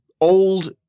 old